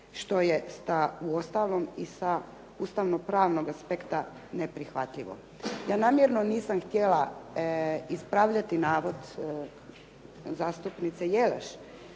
što je uostalom i sa ustavno-pravnog aspekta neprihvatljivo. Ja namjerno nisam htjela ispravljati navod zastupnice Jelaš,